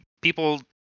people